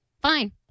Fine